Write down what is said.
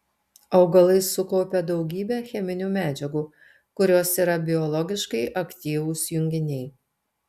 augalai sukaupia daugybę cheminių medžiagų kurios yra biologiškai aktyvūs junginiai